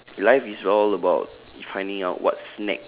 life is all about finding out what's next